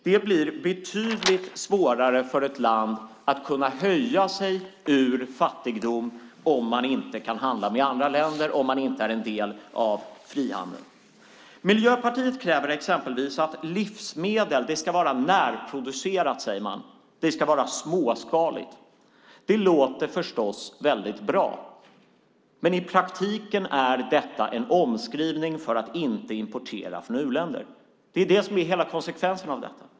Det blir betydligt svårare för ett land att höja sig ur fattigdom om man inte kan handla med andra länder och inte är en del av frihandeln. Miljöpartiet kräver exempelvis att livsmedel ska vara närproducerade. Det ska vara småskaligt. Det låter förstås bra, men i praktiken är det en omskrivning för att inte importera från u-länder. Det blir konsekvensen av detta.